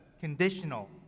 conditional